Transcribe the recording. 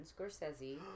Scorsese